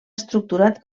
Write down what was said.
estructurat